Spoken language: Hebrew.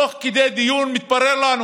תוך כדי דיון מתברר לנו